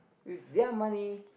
with their money